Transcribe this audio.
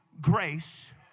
grace